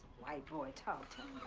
white boy talk.